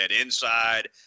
inside